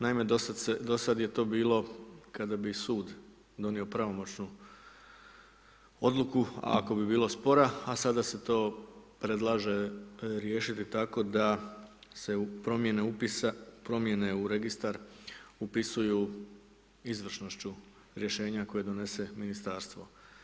Naime, do sada je to bilo kada bi sud donio pravomoćnu odluku ako bi bila spora, a sada se to predlaže riješiti tako da se u promjene upisa, promjene u registra upisuju izvrsnošću rješenja koje donese ministarstvo.